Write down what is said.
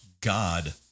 God